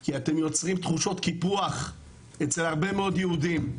כי אתם יוצרים תחושות קיפוח אצל הרבה יהודים.